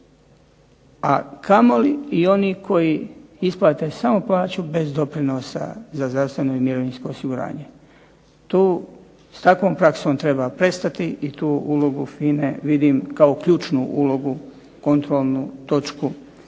a kamoli oni koji isplate plaću bez doprinosa za zdravstveno i mirovinsko osiguranje. S takvom praksom treba prestati i tu ulogu FINA-e vidim kao ključnu kontrolnu točku